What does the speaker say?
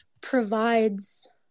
provides